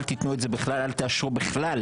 אל תתנו אל זה בכלל ואל תאשרו בכלל